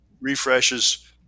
refreshes